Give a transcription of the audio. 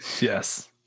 Yes